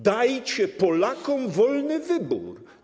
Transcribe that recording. Dajcie Polakom wolny wybór.